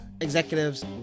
executives